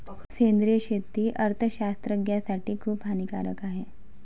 सेंद्रिय शेती अर्थशास्त्रज्ञासाठी खूप हानिकारक आहे